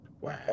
Wow